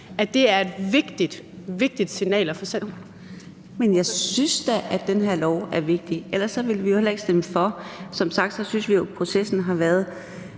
Kl. 12:37 Karina Adsbøl (DF): Men jeg synes da, at den her lov er vigtig – ellers ville vi jo heller ikke stemme for. Som sagt synes vi jo, at processen har været